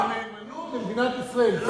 זו הנאמנות למדינת ישראל.